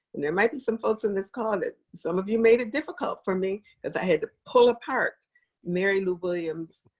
and there might be some folks on this call that some of you made it difficult for me because i had to pull apart mary lou william's